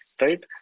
right